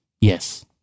Yes